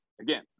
Again